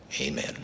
amen